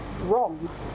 wrong